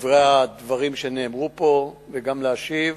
בדברים שנאמרו פה וגם להשיב.